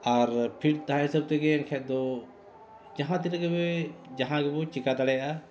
ᱟᱨ feet ᱛᱟᱦᱮᱸ ᱦᱤᱥᱟᱹᱵᱽ ᱛᱮᱜᱮ ᱮᱱᱠᱷᱟᱱ ᱫᱚ ᱡᱟᱦᱟᱸ ᱛᱤᱱᱟᱹᱜ ᱜᱮᱵᱮᱱ ᱡᱟᱦᱟᱸ ᱜᱮᱵᱚᱱ ᱪᱤᱠᱟᱹ ᱫᱟᱲᱮᱭᱟᱜᱼᱟ